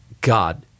God